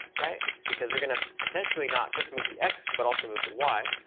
right? because we're going to potentially not just move the x, but also move the y.